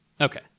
Okay